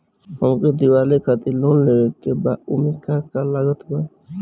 हमके दिवाली खातिर लोन लेवे के बा ओमे का का लागत बा?